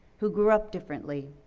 who grew up differently.